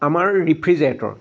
আমাৰ ৰেফ্ৰিজৰেটৰ